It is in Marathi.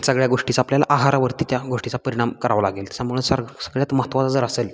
सगळ्या गोष्टीचा आपल्याला आहारावरती त्या गोष्टीचा परिणाम करावं लागेल त्याच्यामुळे सर सगळ्यात महत्त्वाचा जर असेल